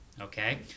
Okay